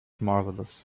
marvelous